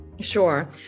sure